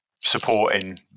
Supporting